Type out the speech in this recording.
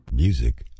Music